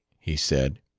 he said.